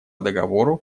договору